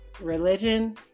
religion